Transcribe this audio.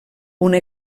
una